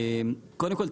קודם כל,